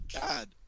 God